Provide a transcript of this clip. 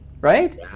right